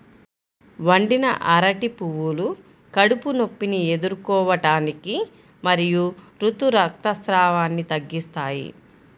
వండిన అరటి పువ్వులు కడుపు నొప్పిని ఎదుర్కోవటానికి మరియు ఋతు రక్తస్రావాన్ని తగ్గిస్తాయి